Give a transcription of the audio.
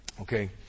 Okay